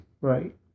Right